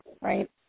right